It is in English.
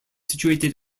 situated